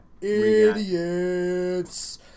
Idiots